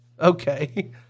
Okay